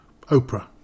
Oprah